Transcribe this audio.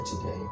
today